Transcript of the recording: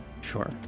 Sure